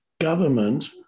government